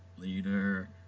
Leader